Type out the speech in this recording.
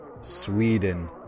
Sweden